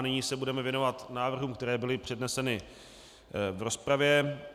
Nyní se budeme věnovat návrhům, které byly předneseny v rozpravě.